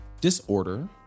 disorder